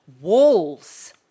walls